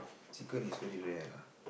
chicken is very rare lah